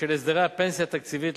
בשל הסדרי הפנסיה התקציבית,